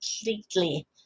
completely